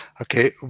okay